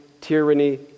tyranny